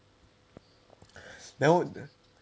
then 我